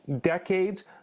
decades